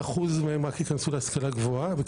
כ-13% מהם רק יכנסו להשכלה גבוהה,